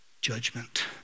judgment